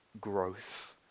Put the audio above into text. growth